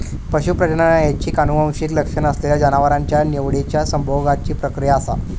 पशू प्रजनन ऐच्छिक आनुवंशिक लक्षण असलेल्या जनावरांच्या निवडिच्या संभोगाची प्रक्रिया असा